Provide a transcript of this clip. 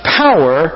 power